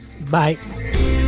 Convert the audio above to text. Bye